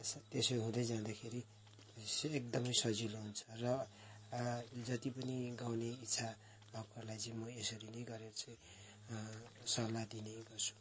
यसो त्यसो हुँदै जाँदाखेरि एकदमै सजिलो हुन्छ र जति पनि गाउने इच्छा भएकोहरूलाई चाहिँ म यसरी नै गरेर चाहिँ सल्लाह दिने गर्छु